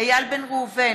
איל בן ראובן,